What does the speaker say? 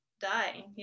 die